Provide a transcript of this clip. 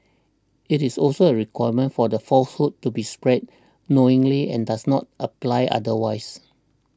it is also a requirement for the falsehood to be spread knowingly and does not apply otherwise